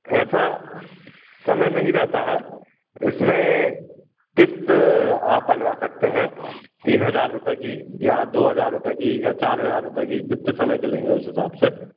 ऐसा समय नहीं रहता है इसमें क़िस्त आप बनवा सकते हैं तीन हज़ार रूपये की या दो हज़ार रूपये की या चार हज़ार रूपये की जितने समय की लेंगे उस हिसाब से